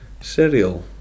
cereal